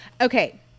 Okay